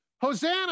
Hosanna